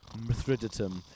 Mithridatum